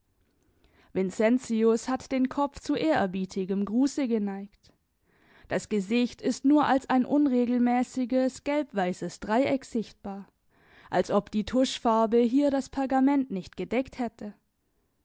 vincentius hat den kopf zu ehrerbietigem gruße geneigt das gesicht ist nur als ein unregelmäßiges gelbweißes dreieck sichtbar als ob die tuschfarbe hier das pergament nicht gedeckt hätte